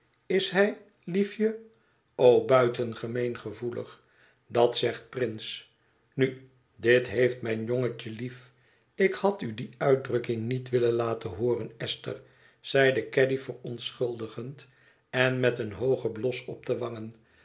is hij liefje o buitengemeen gevoelig dat zegt prince nu dit heeft mijn jongetje lief ik had u die uitdrukking niet willen laten hooren esther zeide caddy verontschuldigend en met een hoogen blos op de wangen